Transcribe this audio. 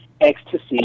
Ecstasy